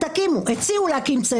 הציעו להקים צוות.